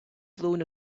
blown